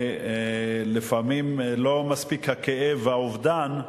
ולפעמים לא מספיק הכאב והאובדן,